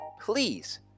please